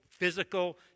Physical